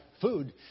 food